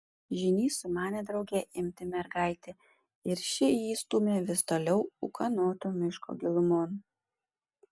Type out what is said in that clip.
žynys sumanė drauge imti mergaitę ir ši jį stūmė vis toliau ūkanoto miško gilumon